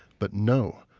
but no,